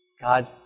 God